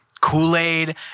Kool-Aid